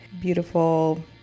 beautiful